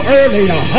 earlier